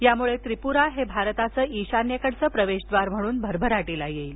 यामुळे त्रिप्रा हे भारताचं ईशान्येकडील प्रवेशद्वार म्हणून भरभराटीस येईल